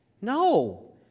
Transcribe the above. No